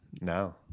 No